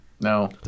No